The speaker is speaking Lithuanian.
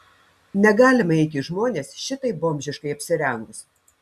negalima eiti į žmones šitaip bomžiškai apsirengus